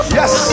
yes